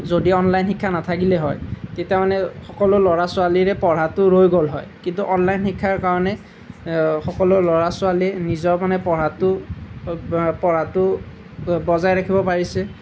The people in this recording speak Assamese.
যদি অনলাইন শিক্ষা নাথাকিলে হয় তেতিয়া মানে সকলো ল'ৰা ছোৱালীৰে পঢ়াটো ৰৈ গ'ল হয় কিন্তু অনলাইন শিক্ষাৰ কাৰণেই সকলো ল'ৰা ছোৱালীয়ে নিজৰ মানে পঢ়াটো পঢ়াটো বজাই ৰাখিব পাৰিছে